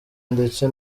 ndetse